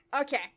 Okay